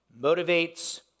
motivates